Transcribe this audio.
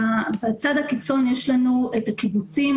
הרי שבצד הקיצון יש לנו את הקיבוצים,